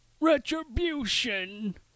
Retribution